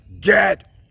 get